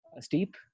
steep